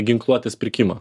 ginkluotės pirkimą